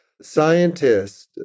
scientists